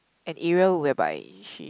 an area whereby she